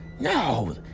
no